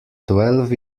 twelve